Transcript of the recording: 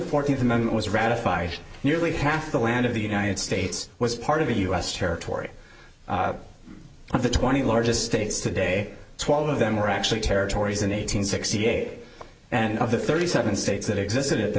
fourteenth amendment was ratified nearly half the land of the united states was part of the u s territory of the twenty largest states today twelve of them were actually territories in eight hundred sixty eight and of the thirty seven states that existed at the